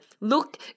look